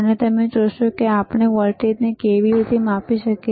હવે તમે જોશો કે આપણે વોલ્ટેજ કેવી રીતે માપી શકીએ